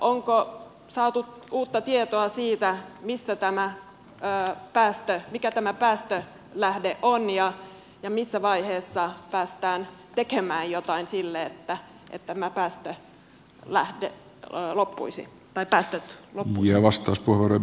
onko saatu uutta tietoa siitä mikä tämä päästölähde on ja missä vaiheessa päästään tekemään jotain sille että nämä päästöt loppuisivat